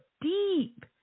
deep